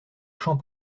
champ